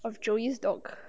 of joey dog